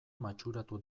matxuratu